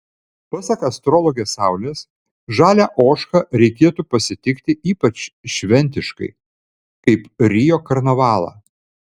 pasak astrologės saulės žalią ožką reikėtų pasitikti ypač šventiškai kaip rio karnavalą